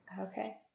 Okay